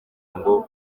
ngo